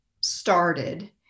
started